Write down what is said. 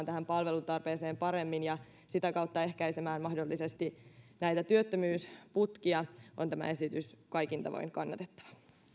tähän palvelutarpeeseen paremmin ja sitä kautta ehkäisemään mahdollisesti näitä työttömyysputkia on tämä esitys kaikin tavoin kannatettava